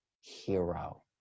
hero